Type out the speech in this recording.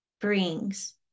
brings